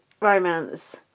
romance